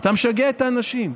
אתה משגע את האנשים.